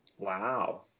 Wow